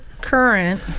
current